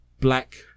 Black